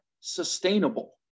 sustainable